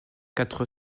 quatre